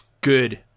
Good